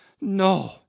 No